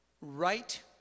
right